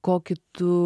kokį tu